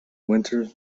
winter